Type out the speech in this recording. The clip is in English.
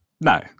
No